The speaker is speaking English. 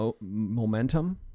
momentum